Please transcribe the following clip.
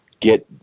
get